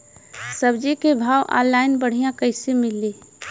सब्जी के भाव ऑनलाइन बढ़ियां कइसे मिली?